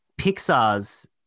Pixar's